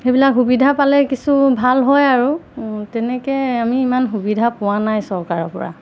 সেইবিলাক সুবিধা পালে কিছু ভাল হয় আৰু তেনেকৈ আমি ইমান সুবিধা পোৱা নাই চৰকাৰৰ পৰা